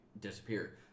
disappear